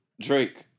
Drake